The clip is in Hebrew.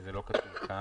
כי זה לא כתוב כאן.